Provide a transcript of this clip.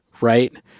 right